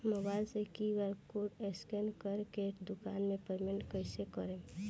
Mobile से QR code scan कर के दुकान मे पेमेंट कईसे करेम?